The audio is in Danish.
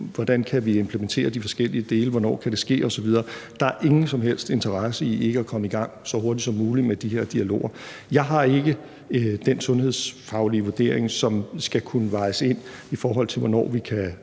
hvordan vi kan implementere de forskellige dele, hvornår det kan ske osv. Der er ingen som helst interesse i ikke at komme i gang så hurtigt som muligt med de her dialoger. Jeg har ikke den sundhedsfaglige vurdering, som skal kunne vejes med , i forhold til hvornår vi kan